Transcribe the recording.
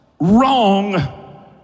wrong